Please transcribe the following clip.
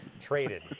traded